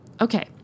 Okay